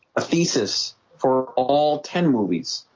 a thesis for all ten movies